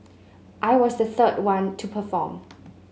I was the third one to perform